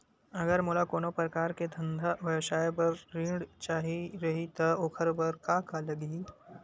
अगर मोला कोनो प्रकार के धंधा व्यवसाय पर ऋण चाही रहि त ओखर बर का का लगही?